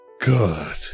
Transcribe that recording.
good